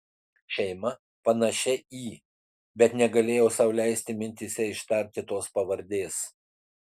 šeima panašia į bet negalėjau sau leisti mintyse ištarti tos pavardės